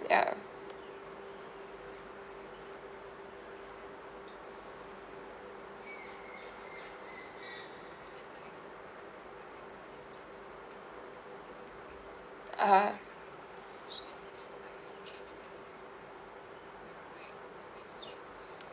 ya (uh huh)